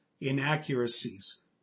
inaccuracies